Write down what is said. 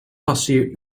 passeer